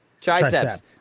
triceps